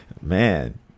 man